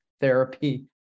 therapy